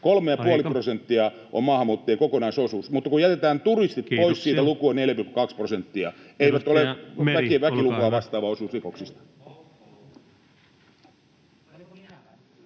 3,5 prosenttia on maahanmuuttajien koko-naisosuus. Mutta kun jätetään turistit pois siitä, [Puhemies: Kiitoksia!] luku on 4,2 prosenttia. Eikö se ole väkilukua vastaava osuus rikoksista?